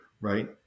right